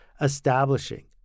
establishing